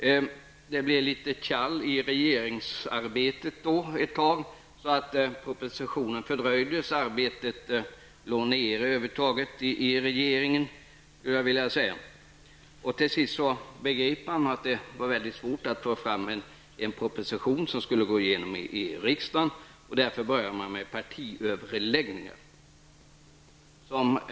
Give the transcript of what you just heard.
Under en tid stannade regeringsarbetet upp, och propositionen fördröjdes. Till sist begrep man att det var mycket svårt att få fram en proposition som skulle kunna gå igenom i riksdagen, och därför började man med partiöverläggningar.